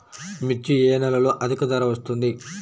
మిర్చి ఏ నెలలో అధిక ధర వస్తుంది?